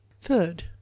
third